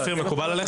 אופיר, מקובל עליך?